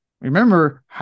remember